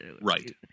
Right